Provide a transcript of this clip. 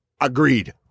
Agreed